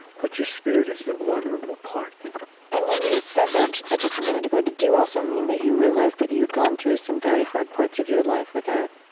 but your spirit is the vulnerable part and when you said that just a minute ago, did you also mean that you realized that you'd gone through some very hard parts of your life without,